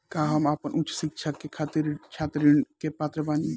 का हम आपन उच्च शिक्षा के खातिर छात्र ऋण के पात्र बानी?